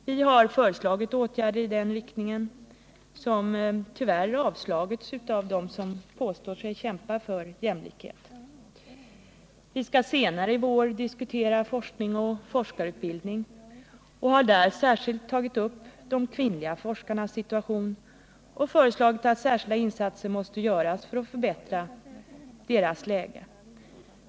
Vi har föreslagit åtgärder i den riktningen, men förslagen har tyvärr avslagits av dem som påstår sig kämpa för jämlikhet. Vi skall senare i vår diskutera forskning och forskarutbildning, och vi har där särskilt tagit upp de kvinnliga forskarnas situation och föreslagit att speciella insatser skall göras för att förbättra deras läge.